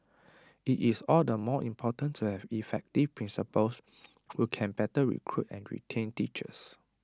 IT is all the more important to have effective principals who can better recruit and retain teachers